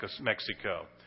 Mexico